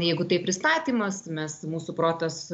jeigu tai pristatymas mes mūsų protas